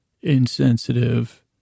insensitive